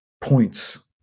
points